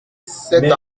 cet